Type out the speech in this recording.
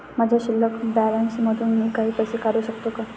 माझ्या शिल्लक बॅलन्स मधून मी काही पैसे काढू शकतो का?